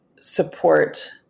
support